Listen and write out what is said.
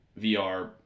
VR